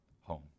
home